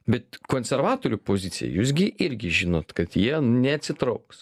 bet konservatorių poziciją jūs gi irgi žinot kad jie neatsitrauks